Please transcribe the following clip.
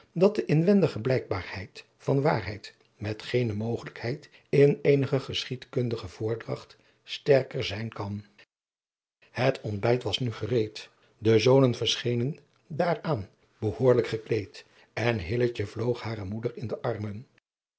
dat de inwendige blijkbaarheid van waarheid met geene mogelijkheid in eenige geschiedkundige voordragt sterker zijn kan het ontbijt was nu gereed de zonen verschenen daar aan behoorlijk gekleed en hilletje vloog hare moeder in de armen